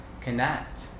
connect